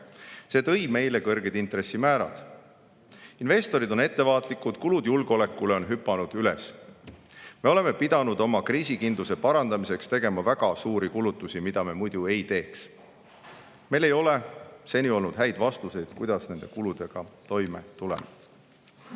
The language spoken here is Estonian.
see tõi meile kõrged intressimäärad. Investorid on ettevaatlikud, kulutused julgeolekule on hüpanud üles. Me oleme pidanud oma kriisikindluse parandamiseks tegema väga suuri kulutusi, mida me muidu ei oleks teinud. Meil ei ole seni olnud häid vastuseid, kuidas nende kuludega toime tulla.